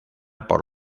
por